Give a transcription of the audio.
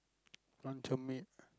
luncheon meat